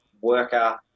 worker